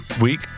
week